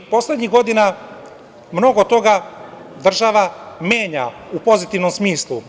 Poslednjih godina mnogo toga država menja u pozitivnom smislu.